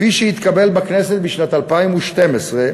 כפי שהתקבל בכנסת בשנת 2012,